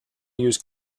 use